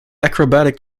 acrobatic